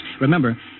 Remember